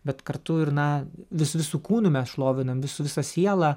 bet kartu ir na vis visu kūnu mes šlovinam vis visa siela